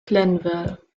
glenville